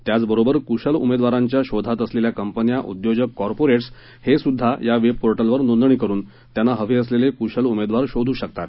त्याचबरोबर कुशल उमेदवारांच्या शोधात असलेल्या कंपन्या उद्योजक कॉर्पोरेट्स हे सुद्धा या वेबपोर्टलवर नोंदणी करुन त्यांना हवे असलेले कुशल उमेदवार शोधू शकतात